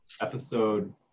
episode